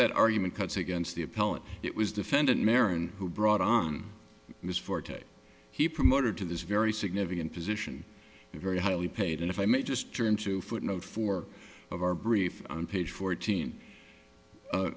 that argument cuts against the appellate it was defendant marin who brought on ms forte he promoted to this very significant position very highly paid and if i may just turn to footnote four of our brief on page fourteen